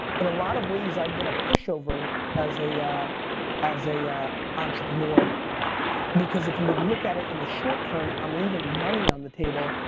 in a lot of ways, i've been a pushover as a as a entrepreneur because if you would look at it in the short-term, i'm leaving money on the table.